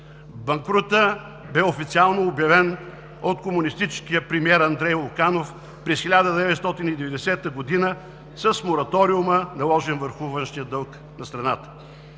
Банкрутът бе официално обявен от комунистическия премиер Андрей Луканов през 1990 г. с мораториума, наложен върху външния дълг на страната.